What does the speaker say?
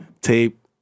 tape